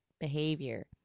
Behavior